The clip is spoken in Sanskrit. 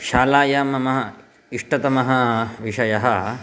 शालायां मम इष्टतमः विषयः